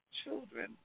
children